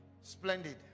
Splendid